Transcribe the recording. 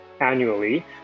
annually